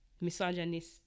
misogynist